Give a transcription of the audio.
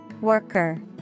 Worker